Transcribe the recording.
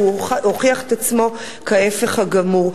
והוא הוכיח את עצמו כהיפך הגמור.